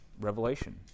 revelation